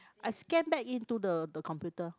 I scan back into the the computer